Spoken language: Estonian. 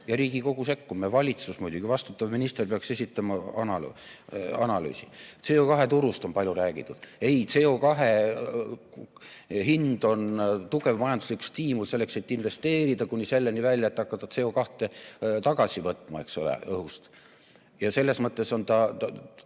ja Riigikogu sekkuma. Ja valitsus muidugi, vastutav minister peaks esitama analüüsi. CO2turust on palju räägitud. Ei, CO2hind on tugev majanduslik stiimul selleks, et investeerida, kuni selleni välja, et hakata CO2õhust tagasi võtma. Ja selles mõttes on ta